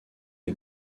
est